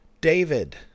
David